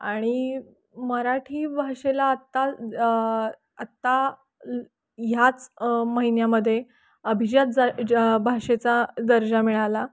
आणि मराठी भाषेला आत्ता आत्ता ह्याच महिन्यामध्ये अभिजात जा ज भाषेचा दर्जा मिळाला